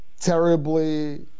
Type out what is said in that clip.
terribly